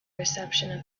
reception